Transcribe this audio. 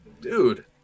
Dude